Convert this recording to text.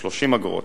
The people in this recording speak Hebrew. ל-30 אגורות